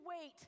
wait